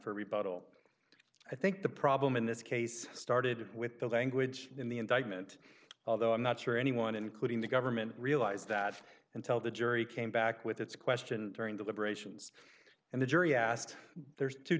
for rebuttal i think the problem in this case started with the language in the indictment although i'm not sure anyone including the government realize that until the jury came back with its question during deliberations and the jury asked there's two